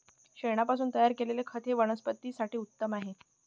शेणापासून तयार केलेले खत हे वनस्पतीं साठी उत्तम आहे